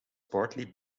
partly